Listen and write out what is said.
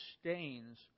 stains